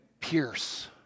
pierce